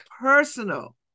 personal